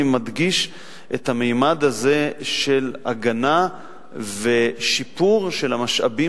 אני מדגיש את הממד הזה של הגנה ושיפור של המשאבים